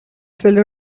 filled